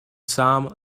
some